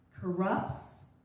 corrupts